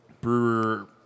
brewer